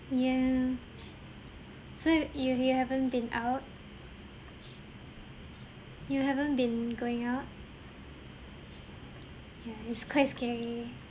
ya so y~ you you haven't been out you haven't been going out ya it's quite scary